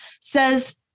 says